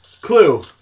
Clue